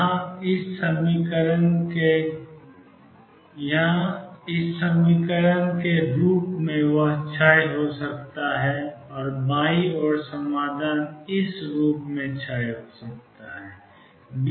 यहाँ e 2m2V0 Ex के रूप में क्षय होता है और बाईं ओर समाधान 2m2V0 Ex के रूप में क्षय होता है